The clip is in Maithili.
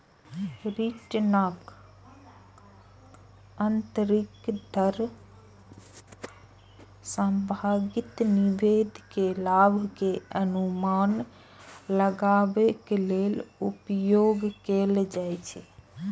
रिटर्नक आंतरिक दर संभावित निवेश के लाभ के अनुमान लगाबै लेल उपयोग कैल जाइ छै